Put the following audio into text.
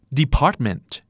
department